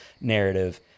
narrative